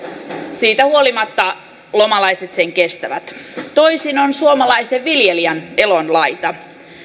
siitä huolimatta lomalaiset sen kestävät toisin on suomalaisen viljelijän elon laita